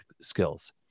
skills